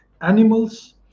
animals